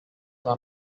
are